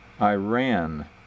Iran